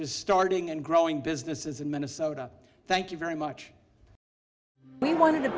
is starting and growing businesses in minnesota thank you very much we want